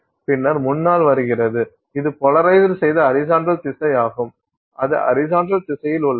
பின்னர் முன்னால் வருகிறது இது போலராஸ்டு செய்த ஹரிசாண்டல் திசையாகும் அது ஹரிசாண்டல் திசையில் உள்ளது